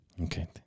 Okay